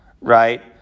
right